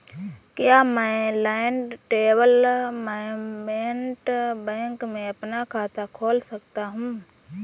क्या मैं land development bank में अपना खाता खोल सकता हूँ?